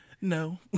No